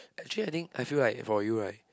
actually I think I feel like for you right